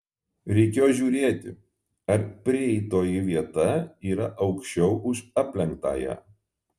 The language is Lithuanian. reikėjo žiūrėti ar prieitoji vieta yra aukščiau už aplenktąją